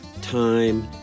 time